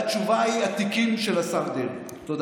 נא לסיים.